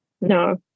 No